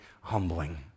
humbling